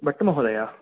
भट् महोदय